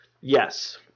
Yes